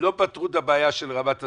לא פתרו את הבעיה של רמת הסבסוד,